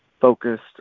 focused